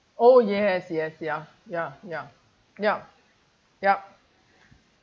oh yes yes ya ya ya yup yup